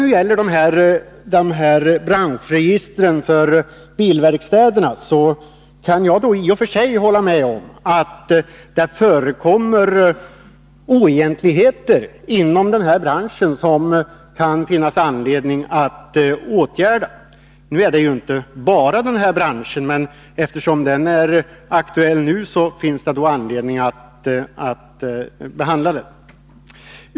Beträffande branschregister för bilverkstäder kan jag i och för sig hålla med om att det förekommer oegentligheter inom branschen, som det kan finnas anledning att åtgärda. Det är inte bara inom den branschen som sådant förekommer, men eftersom den är aktuell nu finns det anledning att behandla den.